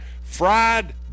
fried